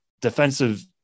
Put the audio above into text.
defensive